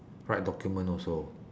write document also